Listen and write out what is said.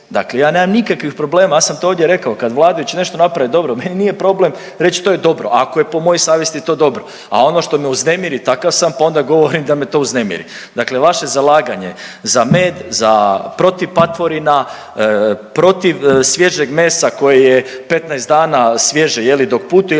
Dakle, ja nemam nikakvih problema, ja sam to ovdje rekao, kad vladajući nešto naprave dobro meni nije problem reći to je dobro ako je po mojoj savjesti to dobro. A ono što me uznemiri takav sam, pa onda govorim da me to uznemiri. Dakle, vaše zalaganje za med, za protiv patvorina, protiv svježeg mesa koje je 15 dana svježe je li dok putuje